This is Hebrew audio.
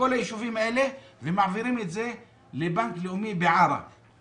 בכל היישובים האלה ומעבירים את זה לבנק לאומי בערערה.